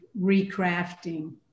recrafting